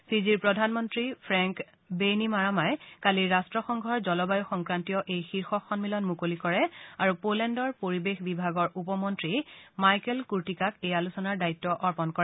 ফিজিৰ প্ৰধানমন্নী ফ্ৰেংক বেইনীমাৰামাই কালি ৰট্টসংঘৰ জলবায়ূ সংক্ৰান্তীয় এই শীৰ্ষ সম্মিলন মুকলি কৰে আৰু প'লেণ্ডৰ পৰিৱেশ বিভাগৰ উপ মন্ত্ৰী মাইকেল কূৰ্টিকাক এই আলোচনাৰ দায়িত্ব অৰ্পন কৰে